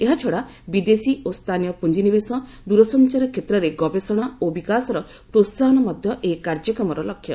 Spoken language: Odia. ଏହାଛଡ଼ା ବିଦେଶୀ ଓ ସ୍ଥାନୀୟ ପ୍ରୁଞ୍ଜିନିବେଶ ଦୂରସଞ୍ଚାର କ୍ଷେତ୍ରରେ ଗବେଷଣା ଓ ବିକାଶର ପ୍ରୋହାହନ ମଧ୍ୟ ଏହି କାର୍ଯ୍ୟକ୍ରମର ଲକ୍ଷ୍ୟ